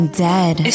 dead